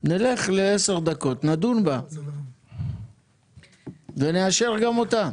נלך לעשר דקות, נדון בה ונאשר גם אותה.